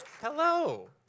Hello